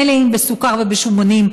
המלאים בסוכר ובשומנים,